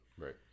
Right